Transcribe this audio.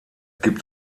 gibt